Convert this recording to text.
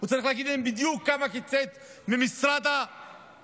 הוא צריך להגיד להם בדיוק כמה הוא קיצץ במשרד החינוך.